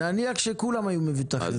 נניח שכולם היו מבוטחים,